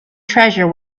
treasure